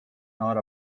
not